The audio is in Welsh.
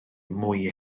mwy